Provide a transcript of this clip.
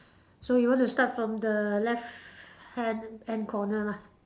so you want to start from the left hand hand corner lah